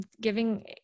giving